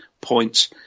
points